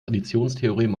additionstheorem